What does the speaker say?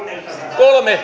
kolme